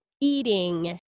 Eating